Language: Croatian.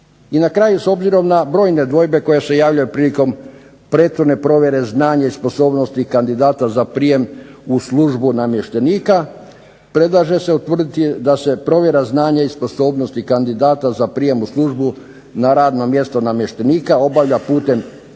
I na kraju s obzirom na brojne dvojbe koje se javljaju prilikom prethodne provjere znanja i sposobnosti kandidata za prijem u službu namještenika, predlaže se utvrditi da se provjera znanja i sposobnosti kandidata za prijem u službu na radno mjesto namještenika obavlja putem